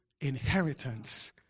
inheritance